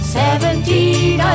seventeen